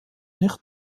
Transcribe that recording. nicht